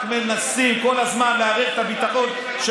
רק מנסים כל הזמן לערער את הביטחון של